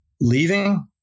leaving